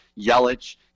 Yelich